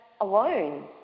alone